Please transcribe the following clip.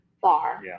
far